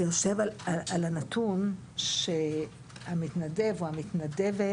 זה יושב על הנתון שהמתנדב או המתנדבת